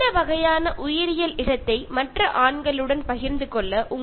ഇതൊക്കെയാണ് ഈ നോവൽ നമുക്ക് മുന്നിലേക്ക് തരുന്ന ചിന്താ വിഷയം